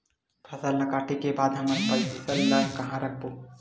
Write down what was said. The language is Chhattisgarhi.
फसल ला काटे के बाद हमन फसल ल कहां रखबो?